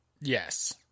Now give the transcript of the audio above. Yes